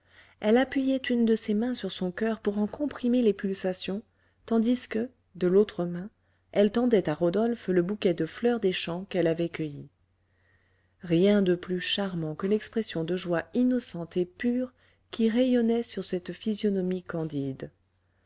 elle appuyait une de ses mains sur son coeur pour en comprimer les pulsations tandis que de l'autre main elle tendait à rodolphe le bouquet de fleurs des champs qu'elle avait cueilli rien de plus charmant que l'expression de joie innocente et pure qui rayonnait sur cette physionomie candide